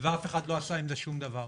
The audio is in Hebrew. ואף אחד לא עשה עם זה שום דבר.